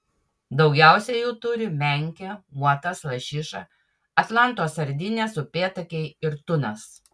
daugiausiai jų turi menkė uotas lašiša atlanto sardinės upėtakiai ir tunas